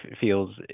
feels